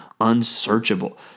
unsearchable